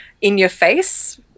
in-your-face